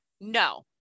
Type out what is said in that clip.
No